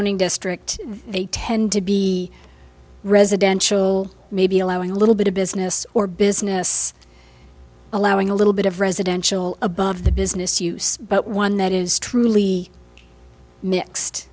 oning district they tend to be residential maybe allowing a little bit of business or business allowing a little bit of residential above the business use but one that is truly